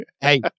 hey